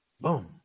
Boom